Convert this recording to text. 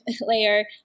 layer